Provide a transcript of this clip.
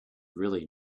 really